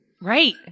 Right